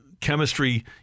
chemistry